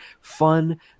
fun